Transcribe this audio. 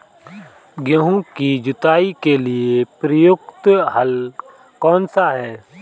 गेहूँ की जुताई के लिए प्रयुक्त हल कौनसा है?